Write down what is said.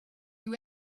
you